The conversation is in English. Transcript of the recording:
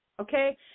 okay